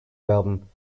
werden